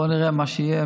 בוא נראה מה יהיה,